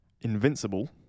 Invincible